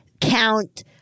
count